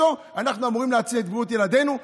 אנחנו אמורים להציל את בריאות ילדינו.